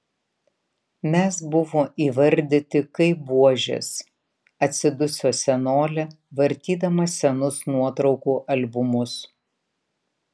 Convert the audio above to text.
mes buvo įvardyti kaip buožės atsiduso senolė vartydama senus nuotraukų albumus